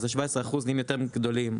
ה-17% נהיים יותר גדולים,